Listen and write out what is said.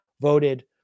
voted